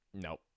Nope